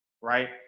right